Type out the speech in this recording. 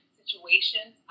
situations